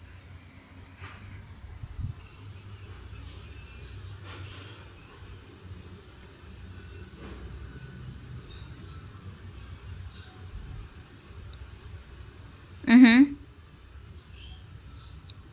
mmhmm